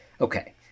Okay